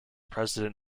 president